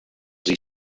east